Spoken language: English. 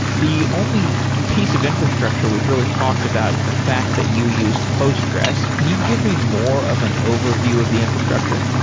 the only piece of infrastructure we've really talked about is the fact that you use postgres. can you give me more of an overview of the infrastructure?